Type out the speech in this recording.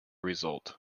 result